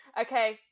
Okay